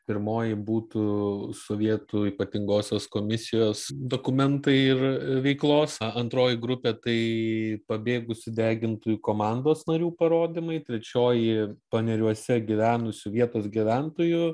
pirmoji būtų sovietų ypatingosios komisijos dokumentai ir veiklos a antroji grupė tai pabėgusių degintojų komandos narių parodymai trečioji paneriuose gyvenusių vietos gyventojų